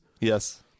yes